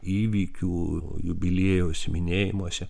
įvykių jubiliejaus minėjimuose